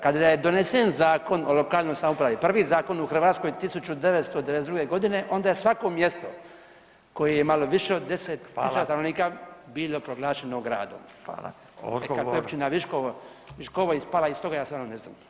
Kada je donesen Zakon o lokalnoj samoupravi, prvi zakon u Hrvatskoj 1992. godine onda je svako mjesto koje je imalo više od 10.000 stanovnika [[Upadica: Hvala.]] bilo proglašeno gradom, e kako je općina Viškovo, Viškovo ispala iz toga ja stvarno ne znam.